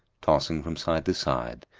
tossing from side to side,